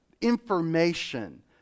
information